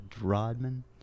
Rodman